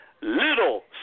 Little